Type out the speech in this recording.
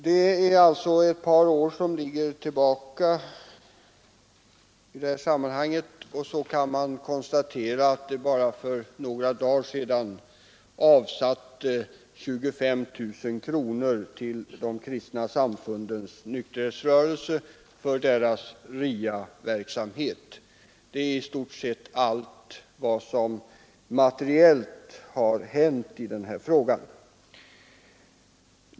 Det har alltså gått ett par år, och så kan man konstatera att bara för några dagar sedan avsattes 25 000 kronor till De kristna samfundens nykterhetsrörelse för deras RIA-verksamhet. Det är i stort sett allt vad som materiellt sett har hänt i den här frågan.